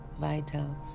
vital